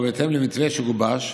ובהתאם למתווה שגובש,